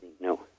No